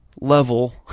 level